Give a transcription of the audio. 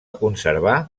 conservar